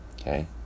okay